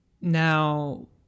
Now